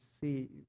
see